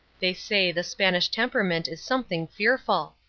they say the spanish temperament is something fearful.